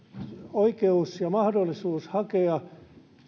oikeus ja mahdollisuus hakea